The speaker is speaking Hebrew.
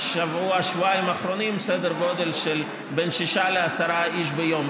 בשבוע-שבועיים האחרונים סדר גודל בין שישה לעשרה איש ביום,